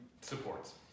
supports